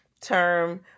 term